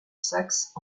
saxe